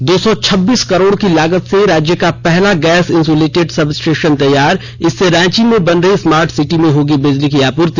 ने दो सौ छब्बीस करोड़ की लागत से राज्य का पहला गैस इंसूलेटेड सब स्टेशन तैयार इससे रांची में बन रही स्मार्ट सिटी में होगी बिजली की आपूर्ति